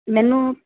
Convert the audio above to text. ਮੈਨੂੰ